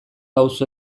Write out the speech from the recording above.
auzo